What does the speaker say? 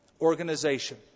Organization